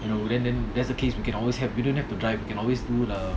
you know then then that's the case we can always have we don't have to drive we can always do the